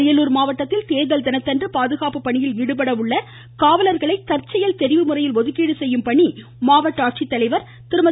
அரியலூர் மாவட்டத்தில் தேர்தல் தினத்தன்று பாதுகாப்பு பணியில் ஈடுபட உள்ள காவலர்களை தற்செயல் தெரிவு முறையில் ஒதுக்கீடு செய்யும் பணி மாவட்ட ஆட்சித்தலைவர் திருமதி